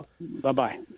Bye-bye